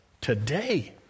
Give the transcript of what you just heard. today